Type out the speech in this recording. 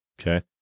Okay